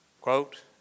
quote